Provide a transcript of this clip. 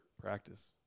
practice